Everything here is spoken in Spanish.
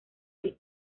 del